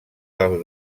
del